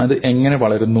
അത് എങ്ങനെ വളരുന്നു